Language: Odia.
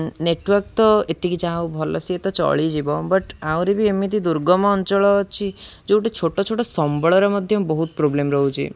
ନେଟୱାର୍କ ତ ଏତିକି ଯାହାହେଉ ଭଲସେ ତ ଚଳିଯିବ ବଟ୍ ଆହୁରି ବି ଏମିତି ଦୁର୍ଗମ ଅଞ୍ଚଳ ଅଛି ଯେଉଁଠି ଛୋଟ ଛୋଟ ସମ୍ବଳରେ ମଧ୍ୟ ବହୁତ ପ୍ରୋବ୍ଲେମ୍ ରହୁଛି